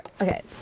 Okay